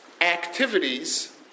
Activities